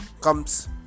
comes